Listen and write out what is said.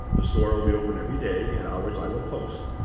the store will be open every day at hours i will post.